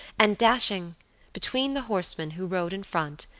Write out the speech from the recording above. and dashing between the horsemen who rode in front,